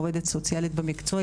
עובדת סוציאלית במקצועה,